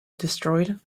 destroyed